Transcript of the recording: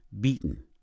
beaten